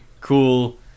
cool